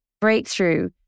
breakthrough